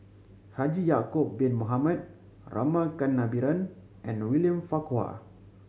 Haji Ya'acob Bin Mohamed Rama Kannabiran and William Farquhar